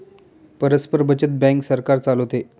परस्पर बचत बँक सरकार चालवते